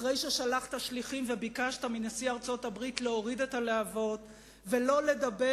אחרי ששלחת שליחים וביקשת מנשיא ארצות-הברית להוריד את הלהבות ולא לדבר